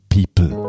People